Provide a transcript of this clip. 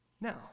Now